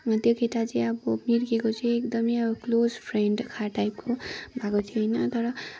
त्यो केटा चाहिँ अब मिर्गेको चाहिँ एकदमै अब क्लोज फ्रेन्ड टाइपको भएको थियो होइन तर